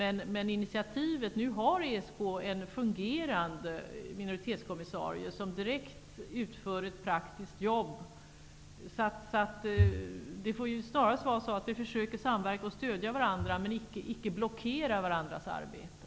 ESK har en fungerande minoritetskommissarie, som utför ett direkt praktiskt jobb. Vi måste samverka och stödja varandra, men icke blockera varandras arbete.